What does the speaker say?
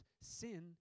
sin